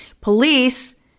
Police